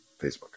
Facebook